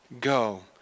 go